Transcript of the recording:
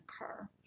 occur